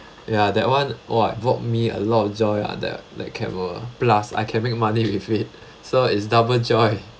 ya that one !wah! it brought me a lot of joy ah that that camera plus I can make money with it so it's double joy